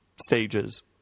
stages